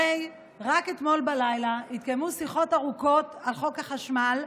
הרי רק אתמול בלילה התקיימו שיחות ארוכות על חוק החשמל,